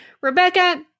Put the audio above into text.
Rebecca